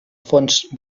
fons